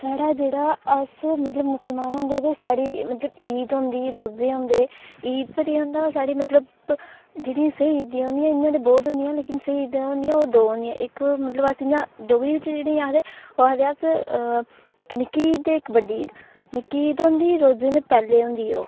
साढ़ा जेह्ड़ा अस मतलब मुसलमान होंदे ते साढ़ी मतलब ईद होंदी रोजे होंदे ईद पर ई होंदा साढ़ी मतलब जेह्ड़ी असेंई इयां ते बोह्त होंदियां लेकिन स्हेई ईदा होंदियां ओह् दो होंदियां इक मतलब अस इां डोगरी च जिनेंई आखदे इक निक्की ईद ते इक बड्डी ईद निक्की ईद होंंदी रोजें दे पैह्ले होंदी ओह्